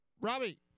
Robbie